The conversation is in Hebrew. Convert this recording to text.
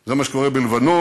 זה מה שקורה בלבנון